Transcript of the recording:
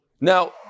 now